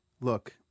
look